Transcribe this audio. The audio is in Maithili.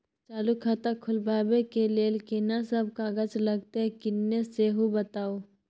चालू खाता खोलवैबे के लेल केना सब कागज लगतै किन्ने सेहो बताऊ?